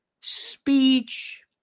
speech